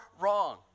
wrong